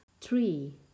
Three